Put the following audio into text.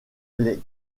les